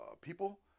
people